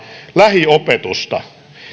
lähiopetusta